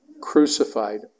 crucified